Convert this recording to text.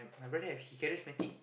my brother he charismatic